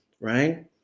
Right